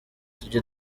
tujye